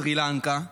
סרי לנקה,